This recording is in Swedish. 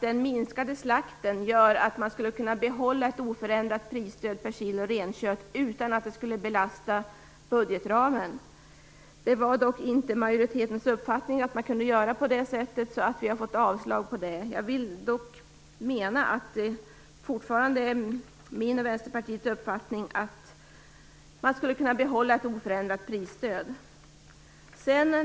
Den minskade slakten gör att man skulle kunna behålla ett oförändrat prisstöd per kilo renkött utan att det skulle belasta budgetramen, menar Vänsterpartiet. Det var dock inte majoritetens uppfattning att man kunde göra på det sättet, och förslaget avslogs. Jag vill dock påpeka att det fortfarande är min och Vänsterpartiets uppfattning att man skulle kunna behålla ett oförändrat prisstöd.